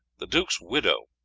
the duke's widow,